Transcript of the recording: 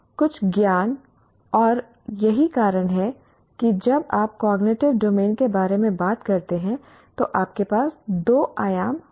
कुछ ज्ञान और यही कारण है कि जब आप कॉग्निटिव डोमेन के बारे में बात करते हैं तो आपके पास दो आयाम होते हैं